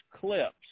clips